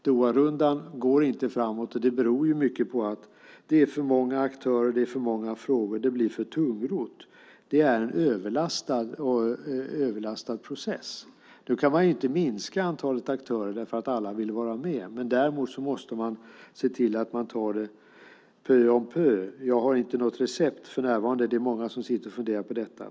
Doharundan går inte framåt, och det beror mycket på att det är för många aktörer och för många frågor. Det blir för tungrott. Det är en överlastad process. Man kan inte minska antalet aktörer därför att alla vill vara med. Däremot måste man se till att ta det pö om pö. Jag har inte något recept för närvarande - det är många som sitter och funderar på detta.